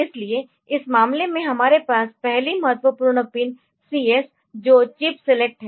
इसलिए इस मामले में हमारे पास पहली महत्वपूर्ण पिन CS जो चिप सिलेक्ट है